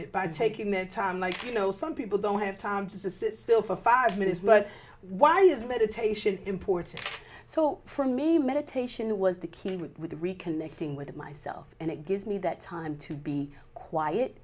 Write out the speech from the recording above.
it by taking their time like you know some people don't have time to sit still for five minutes but why is meditation important so for me meditation was the key with reconnecting with myself and it gives me that time to be quiet